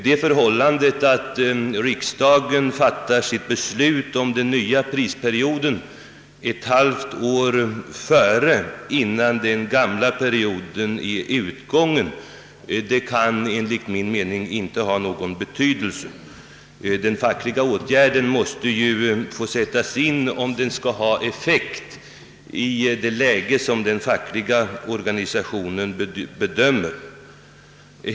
Det förhållandet att riksdagen fattat sitt beslut om den nya prisperioden ett halvt år innan den gamla perioden gått ut kan enligt min mening inte ha någon betydelse. Om den fackliga åtgärden skall ha effekt måste den få sättas in 1 det läge som den fackliga organisationen bedömer som lämplig.